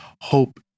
hope